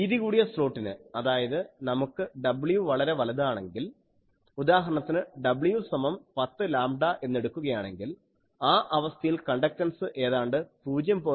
വീതികൂടിയ സ്ലോട്ടിന് അതായത് നമുക്ക് w വളരെ വലുതാണെങ്കിൽ ഉദാഹരണത്തിന് w സമം 10 ലാംഡാ എന്ന് എടുക്കുകയാണെങ്കിൽ ആ അവസ്ഥയിൽ കണ്ടക്ടൻസ് ഏതാണ്ട് 0